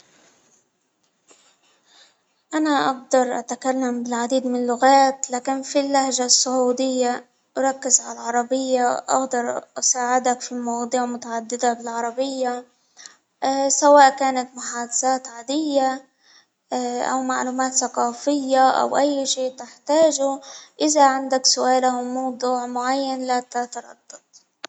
انا افضل اتكلم بالعديد من اللغات لكن في اللهجة السعودية، اركز على العربية اقدر اساعدك في مواضيع متعددة بالعربية، آآ سواء كانت محادسات عادية آآ او معلومات ثقافية او أي شيء إذا عندك سؤاله بموضوع معين لا تتردد.